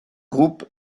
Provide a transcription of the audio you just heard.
groupe